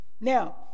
now